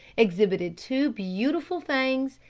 exhibited two beautiful fangs,